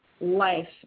life